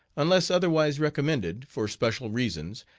unless otherwise recommended, for special reasons,